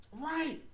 Right